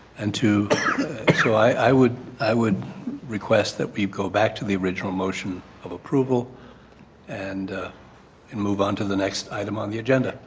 and so i would i would request that we go back to the original motion of approval and and move on to the next item on the agenda.